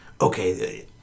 okay